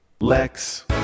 Lex